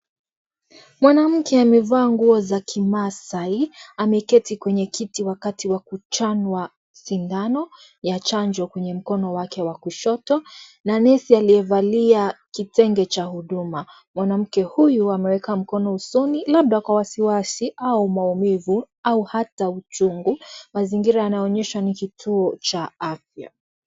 Mwanamke amevaa nguo za kimaasai ameketi kwenye kiti wakati wa kuchanwa sindano ya chanjo kwenye mkono wake wa kushoto na nesi aliyevalia kitenge cha huduma. Mwanamke huyu ameweka mkono usoni, labda kwa wasiwasi au maumivu au hata uchungu. Mazingira yanaonyesha ni kituo cha afya.